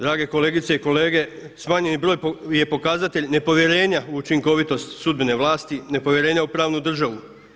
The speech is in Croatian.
Drage kolegice i kolege, smanjeni broj je pokazatelj nepovjerenja u učinkovitost sudbene vlasti, nepovjerenja u pravnu državu.